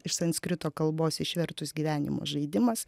iš sanskrito kalbos išvertus gyvenimo žaidimas